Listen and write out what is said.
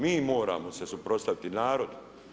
Mi moramo se suprotstaviti, narod.